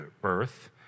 birth